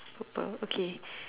purple okay